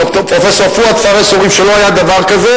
פרופסור פואד פארס אומרים שלא היה דבר כזה.